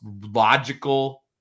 logical